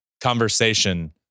conversation